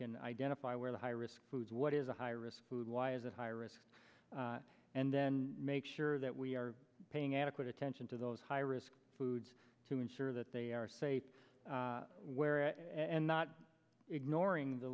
can identify where the high risk foods what is a high risk food was a high risk and then make sure that we are paying adequate attention to those high risk foods to ensure that they are safe where and not ignoring the